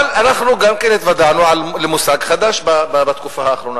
אבל אנחנו גם התוודענו למושג חדש בתקופה האחרונה,